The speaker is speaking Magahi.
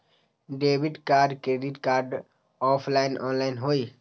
Debit card credit card offline online होई?